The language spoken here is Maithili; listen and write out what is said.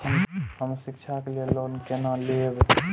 हम शिक्षा के लिए लोन केना लैब?